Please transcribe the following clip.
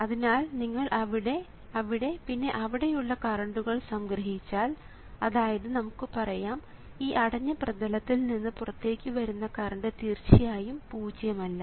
അതിനാൽ നിങ്ങൾ അവിടെ അവിടെ പിന്നെ അവിടെയുള്ള കറണ്ടുകൾ സംഗ്രഹിച്ചാൽ അതായത് നമുക്ക് പറയാം ഈ അടഞ്ഞ പ്രതലത്തിൽ നിന്ന് പുറത്തേക്കുവരുന്ന കറണ്ട് തീർച്ചയായും പൂജ്യം അല്ല